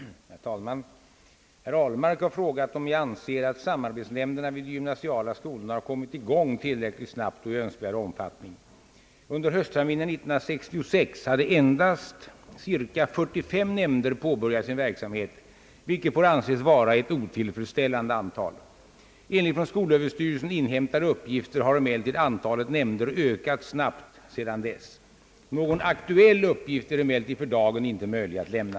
Herr talman! Herr Ahlmark har frågat, om jag anser att samarbetsnämnderna vid de gymnasiala skolorna har kommit i gång tillräckligt snabbt och i önskvärd omfattning. Under höstterminen 1966 hade endast ca 45 nämnder påbörjat sin verksamhet, vilket får anses vara ett otillfredsställande antal. Enligt från skolöverstyrelsen inhämtade uppgifter har emellertid antalet nämnder ökat snabbt sedan dess. Någon aktuell uppgift är emellertid för dagen inte möjlig att lämna.